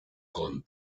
con